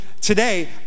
today